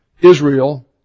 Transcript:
Israel